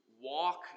walk